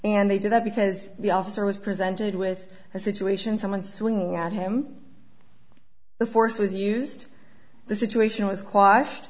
and they did that because the officer was presented with a situation someone swinging at him the force was used the situation was